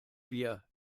wir